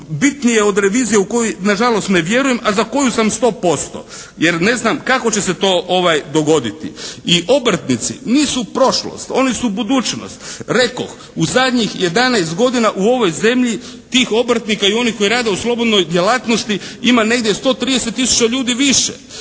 bitnije od revizije u kojoj nažalost ne vjerujem, a za koju sam 100% jer ne znam kako će se to dogoditi. I obrtnici nisu prošlost, oni su budućnost. Rekoh, u zadnjih 11 godina u ovoj zemlji tih obrtnika i onih koji rade u slobodnoj djelatnosti ima negdje 130 tisuća ljudi više.